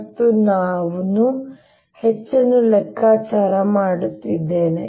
ಮತ್ತು ನಾನು H ಅನ್ನು ಲೆಕ್ಕಾಚಾರ ಮಾಡುತ್ತಿದ್ದೇನೆ